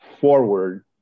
forward